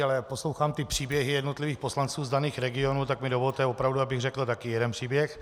Ale jak poslouchám příběhy jednotlivých poslanců z daných regionů, tak mi dovolte opravdu, abych řekl taky jeden příběh.